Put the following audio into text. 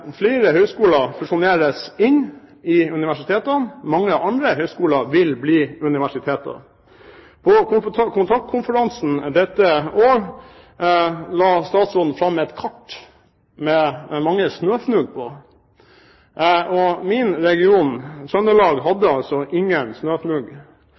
flere høyskoler fusjoneres inn i universitetene, mange andre høyskoler vil bli universiteter, og på kontaktkonferansen dette år la statsråden fram et kart med mange snøfnugg på, og min region, Trøndelag,